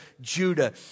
Judah